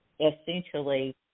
essentially